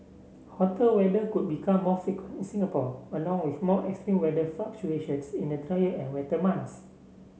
hotter weather could become more frequent in Singapore along with more extreme weather fluctuations in the drier and wetter months